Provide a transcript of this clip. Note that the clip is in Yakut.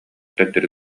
төттөрү